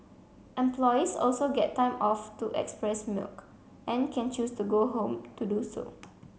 employees also get time off to express milk and can choose to go home to do so